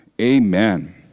Amen